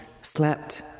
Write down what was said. Slept